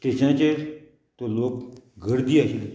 स्टेशनाचेर तर लोक गर्दी आशिल्ली